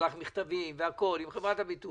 שלח מכתבים לחברת הביטוח,